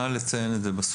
נא לציין את זה בסוף,